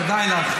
כדאי לך.